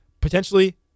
potentially